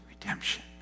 redemption